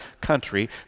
country